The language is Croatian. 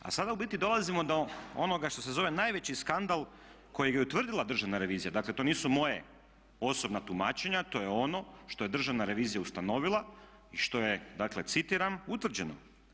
A sada u biti dolazimo do onoga što se zove najveći skandal kojeg je utvrdila Državna revizija, dakle to nisu moja osobna tumačenja, to je ono što je Državna revizija ustanovila i što je citiram utvrđeno.